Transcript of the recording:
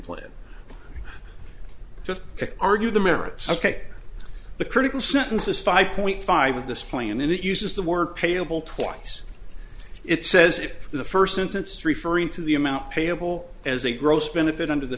plan just argue the merits ok the critical sentence is five point five of this plan and it uses the word payable twice it says it in the first sentence referring to the amount payable as a gross benefit under the